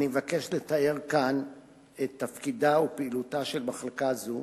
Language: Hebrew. אני מבקש לתאר כאן את תפקידה ופעילותה של מחלקה זו,